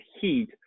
heat